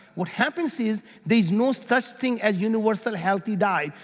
what happens is, there's no such thing as universal healthy diet.